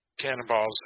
Cannonballs